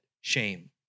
shame